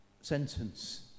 sentence